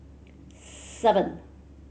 seven